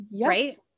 right